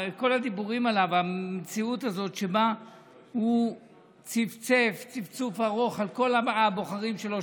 כל הדיבורים על המציאות הזאת שהוא צפצף צפצוף ארוך על הבוחרים שלו,